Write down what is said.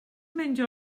meindio